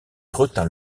retint